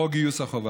חוק גיוס החובה.